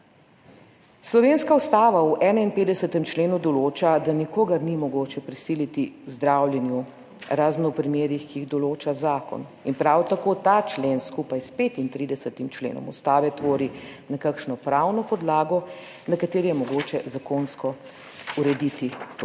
Slovenska ustava v 51. členu določa, da nikogar ni mogoče prisiliti k zdravljenju, razen v primerih, ki jih določa zakon. In prav tako ta člen skupaj s 35. členom Ustave tvori nekakšno pravno podlago, na kateri je mogoče zakonsko urediti to